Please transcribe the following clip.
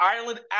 Ireland